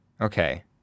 Okay